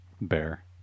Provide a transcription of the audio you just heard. Bear